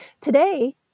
Today